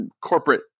corporate